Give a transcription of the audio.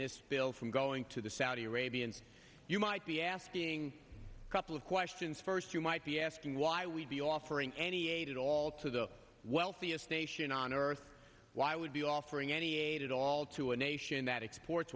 this bill from going to the saudi arabians you might be asking a couple of questions first you might be asking why we'd be offering any add it all to the wealthiest nation on earth why would be offering any aid at all to a nation that exports